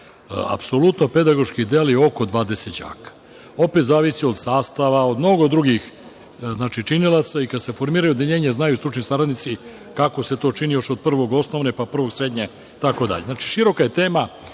Apsolutno, pedagoški je oko 20 đaka. Opet zavisi od sastava, od mnogo drugih činilaca i kada se formiraju odeljenja, znaju stručni saradnici kako se to čini još od prvog osnovne, pa prvog srednje, itd. Široka je tema.